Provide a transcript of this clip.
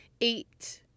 eight